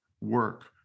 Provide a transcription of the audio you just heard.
work